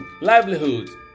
livelihoods